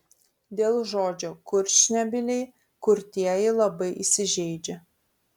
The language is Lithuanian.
dėl žodžio kurčnebyliai kurtieji labai įsižeidžia